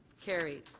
carried.